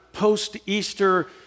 post-Easter